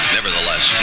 Nevertheless